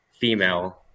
female